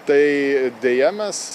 tai deja mes